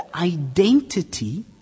identity